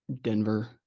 Denver